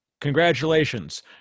Congratulations